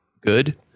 good